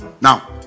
Now